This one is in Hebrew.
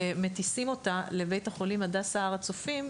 ומטיסים אותה לבית החולים הדסה הר הצופים,